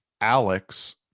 alex